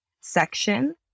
section